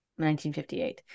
1958